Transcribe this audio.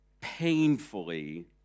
painfully